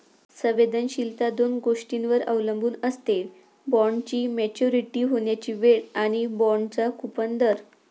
संवेदनशीलता दोन गोष्टींवर अवलंबून असते, बॉण्डची मॅच्युरिटी होण्याची वेळ आणि बाँडचा कूपन दर